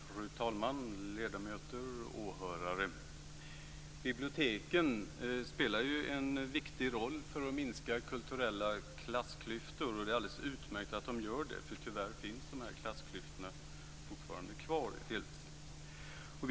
Fru talman! Ledamöter och åhörare! Biblioteken spelar en viktig roll för att minska kulturella klassklyftor, och det är alldeles utmärkt att de gör det, för tyvärr finns de här klassklyftorna fortfarande kvar delvis.